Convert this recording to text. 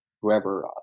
whoever